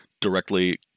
directly